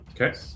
okay